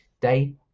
day